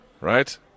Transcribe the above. right